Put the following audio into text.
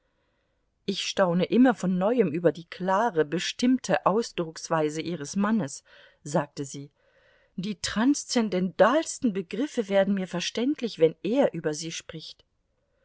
ich staune immer von neuem über die klare bestimmte ausdrucksweise ihres mannes sagte sie die transzendentalsten begriffe werden mir verständlich wenn er über sie spricht